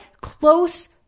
close